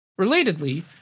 Relatedly